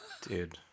Dude